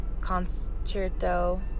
concerto